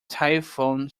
typhoon